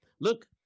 Look